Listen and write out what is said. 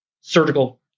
surgical